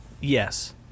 Yes